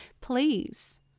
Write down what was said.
please